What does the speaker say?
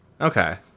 Okay